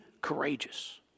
courageous